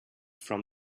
from